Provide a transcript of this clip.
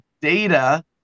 data